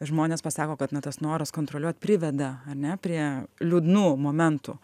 žmonės pasako kad na tas noras kontroliuot priveda ar ne prie liūdnų momentų